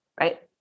Right